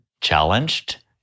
challenged